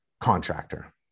contractor